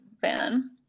fan